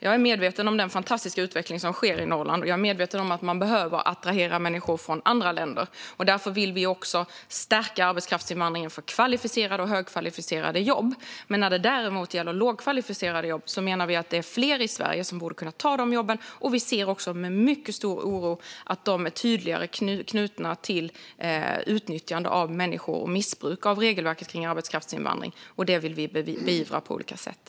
Jag är medveten om den fantastiska utveckling som sker i Norrland. Jag är medveten om att man behöver attrahera människor från andra länder. Därför vill vi också stärka arbetskraftsinvandringen för kvalificerade och högkvalificerade jobb. Men när det däremot gäller lågkvalificerade jobb menar vi att det är fler i Sverige som borde kunna ta de jobben. Vi ser också med mycket stor oro på att de jobben är tydligare knutna till utnyttjande av människor och missbruk av regelverket för arbetskraftsinvandring. Det vill vi beivra på olika sätt.